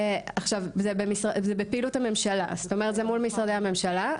זה בפעילות הממשלה, זה מול משרדי הממשלה.